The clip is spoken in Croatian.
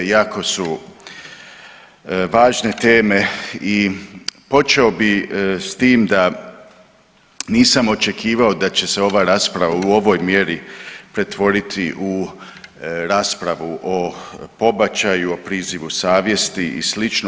Jako su važne teme i počeo bih s tim da nisam očekivao da će se ova rasprava u ovoj mjeri pretvoriti u raspravu o pobačaju, o prizivu savjesti i slično.